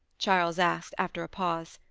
charles asked, after a pause,